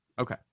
Okay